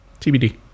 tbd